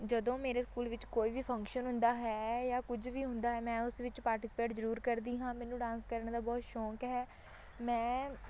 ਜਦੋਂ ਮੇਰੇ ਸਕੂਲ ਵਿੱਚ ਕੋਈ ਵੀ ਫੰਕਸ਼ਨ ਹੁੰਦਾ ਹੈ ਜਾਂ ਕੁਝ ਵੀ ਹੁੰਦਾ ਹੈ ਮੈਂ ਉਸ ਵਿੱਚ ਪਾਰਟੀਸਪੇਟ ਜ਼ਰੂਰ ਕਰਦੀ ਹਾਂ ਮੈਨੂੰ ਡਾਂਸ ਕਰਨ ਦਾ ਬਹੁਤ ਸ਼ੌਂਕ ਹੈ ਮੈਂ